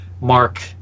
Mark